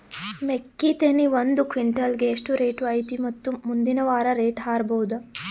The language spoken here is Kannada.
ಮೆಕ್ಕಿ ತೆನಿ ಒಂದು ಕ್ವಿಂಟಾಲ್ ಗೆ ಎಷ್ಟು ರೇಟು ಐತಿ ಮತ್ತು ಮುಂದಿನ ವಾರ ರೇಟ್ ಹಾರಬಹುದ?